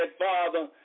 Father